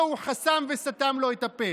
אותו הוא חסם וסתם לו את הפה.